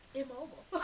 immobile